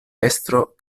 estro